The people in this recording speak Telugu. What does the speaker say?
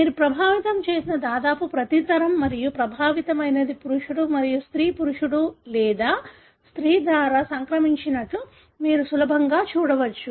మీరు ప్రభావితం చేసిన దాదాపు ప్రతి తరం మరియు ప్రభావితమైనది పురుషుడు మరియు స్త్రీ పురుషుడు లేదా స్త్రీ ద్వారా సంక్రమించినట్లు మీరు సులభంగా చూడవచ్చు